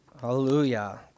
Hallelujah